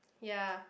yeah